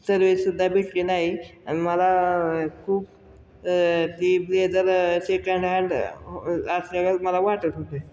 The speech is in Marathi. सर्विस सुद्धा भेटली नाही आणि मला खूप ती ब्लेजर सेकंड हँड असल्यागत मला वाटत होते